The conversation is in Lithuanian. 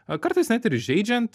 na kartais net ir įžeidžiant